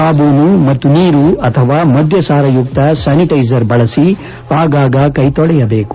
ಸಾಬೂನು ಮತ್ತು ನೀರು ಅಥವಾ ಮದ್ಧಸಾರಯುಕ್ತ ಸ್ಥಾನಿಟ್ಟೆಜರ್ ಬಳಸಿ ಆಗಾಗ ಕೈ ತೊಳೆಯಬೇಕು